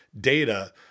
data